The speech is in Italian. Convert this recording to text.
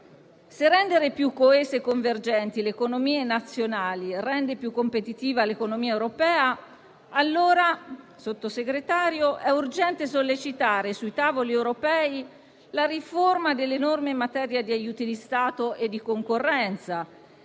Se rendere più coese e convergenti le economie nazionali rende più competitiva l'economia europea, allora, signor Sottosegretario, è urgente sollecitare sui tavoli europei la riforma delle norme in materia di aiuti di Stato e di concorrenza,